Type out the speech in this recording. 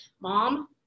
mom